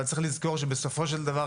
אבל צריך לזכור שבסופו של דבר,